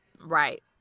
right